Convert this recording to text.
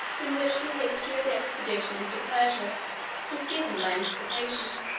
in which the history of the expedition into persia was given by anticipation.